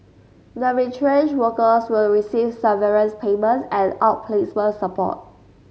the retrenched workers will receive severance payments and outplacement support